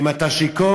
אם אתה שיכור,